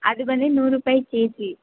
ಅದು ಬಂದು ನೂರು ರೂಪಾಯಿ ಕೆ ಜಿ